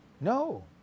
No